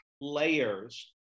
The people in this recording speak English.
layers